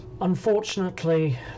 Unfortunately